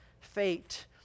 fate